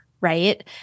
Right